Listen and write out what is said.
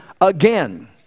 again